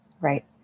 Right